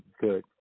good